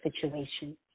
situation